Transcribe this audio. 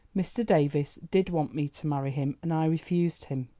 mr. davies did want me to marry him and i refused him.